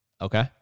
Okay